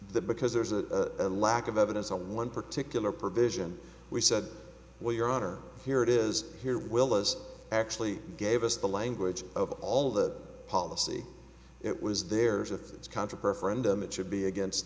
because there's a lack of evidence on one particular provision we said well your honor here it is here will was actually gave us the language of all the policy it was there's a contra prefer and i'm it should be against